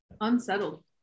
unsettled